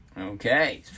Okay